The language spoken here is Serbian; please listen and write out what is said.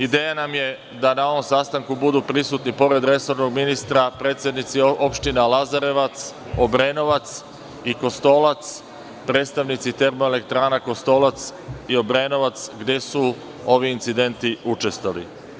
Ideja nam je da na ovom sastanku budu prisutni, pored resornog ministra, predsednici opština Lazarevac, Obrenovac i Kostolac, predstavnici termoelektrana "Kostolac" i "Obrenovac", gde su ovi incidenti učestali.